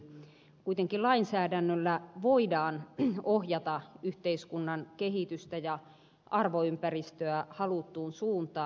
kuitenkin lainsäädännöllä voidaan ohjata yhteiskunnan kehitystä ja arvoympäristöä haluttuun suuntaan